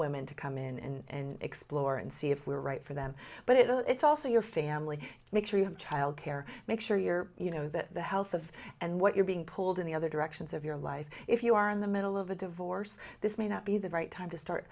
women to come in and explore and see if we are right for them but it's also your family make sure you have childcare make sure your you know that the health of and what you're being pulled in the other directions of your life if you are in the middle of a divorce this may not be the right time to start